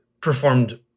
performed